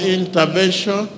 intervention